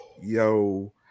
yo